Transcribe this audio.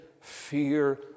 fear